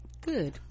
Good